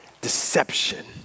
deception